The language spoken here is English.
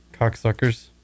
Cocksuckers